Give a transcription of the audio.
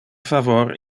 favor